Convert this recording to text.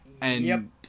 And-